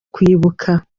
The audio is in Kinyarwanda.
kwibuka